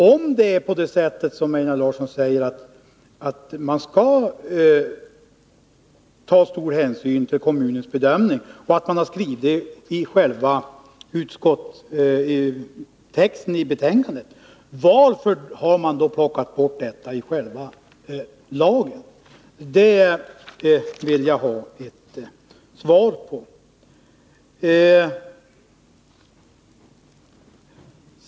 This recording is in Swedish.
Om det är på det sättet, som Einar Larsson säger och utskottet har skrivit i betänkandet, att stor hänsyn skall tas till kommunens bedömning, varför har man då tagit bort den meningen i lagtexten? Den frågan vill jag ha ett svar på.